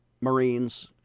Marines